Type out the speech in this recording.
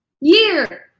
Year